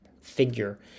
figure